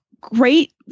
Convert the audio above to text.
great